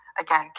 again